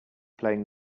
playing